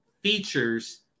features